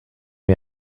wie